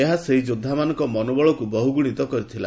ଏହା ସେହି ଯୋଦ୍ଧାମାନଙ୍କ ମନୋବଳକୁ ବହୁଗୁଣିତ କରିଥିଲା